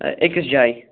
أکِس جاے